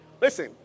Listen